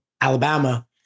Alabama